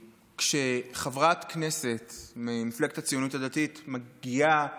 כשחברת כנסת ממפלגת הציונות הדתית מגיעה